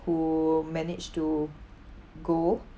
who managed to go